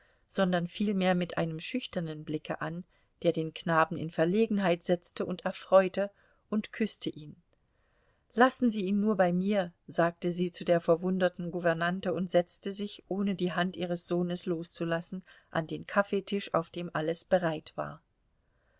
sondern vielmehr mit einem schüchternen blicke an der den knaben in verlegenheit setzte und erfreute und küßte ihn lassen sie ihn nur bei mir sagte sie zu der verwunderten gouvernante und setzte sich ohne die hand ihres sohnes loszulassen an den kaffeetisch auf dem alles bereit war